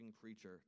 creature